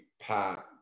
Pat